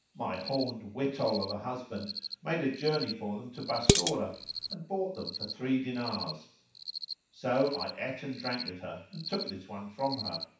my horned wittol of a husband made a journey for them to bassorah and bought them for three dinars so i ate and drank with her and took this one from her.